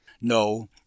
No